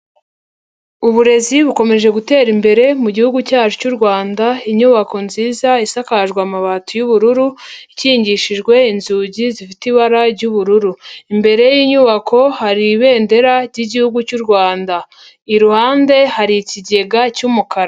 Uburezi bukomeje gutera imbere mu gihugu cyacu cy'u Rwanda, inyubako nziza isakajwe amabati y'ubururu, ikingishijwe inzugi zifite ibara ry'ubururu. Imbere y'inyubako hari ibendera ry'igihugu cyu Rwanda. Iruhande hari ikigega cy'umukara.